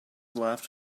laughed